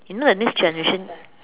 if not the next generation